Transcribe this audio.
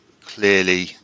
clearly